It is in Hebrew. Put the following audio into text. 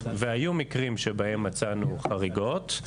והיו מקרים שבהם מצאנו חריגות,